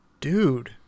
Dude